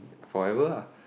forever ah